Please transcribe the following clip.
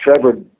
Trevor